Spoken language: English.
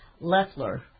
Leffler